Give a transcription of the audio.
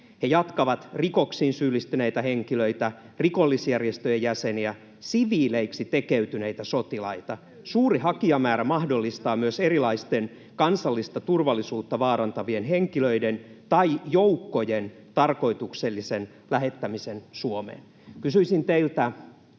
he jatkavat: ”rikoksiin syyllistyneitä henkilöitä, rikollisjärjestöjen jäseniä, siviileiksi tekeytyneitä sotilaita. Suuri hakijamäärä mahdollistaa myös erilaisten kansallista turvallisuutta vaarantavien henkilöiden tai joukkojen tarkoituksellisen lähettämisen Suomeen.” Kysyisin teiltä,